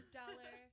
dollar